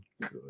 good